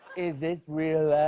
is this real